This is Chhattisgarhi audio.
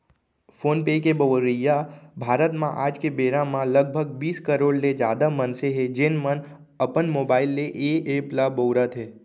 फोन पे के बउरइया भारत म आज के बेरा म लगभग बीस करोड़ ले जादा मनसे हें, जेन मन अपन मोबाइल ले ए एप ल बउरत हें